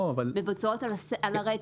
הן מבוצעות על הרצף.